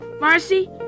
Marcy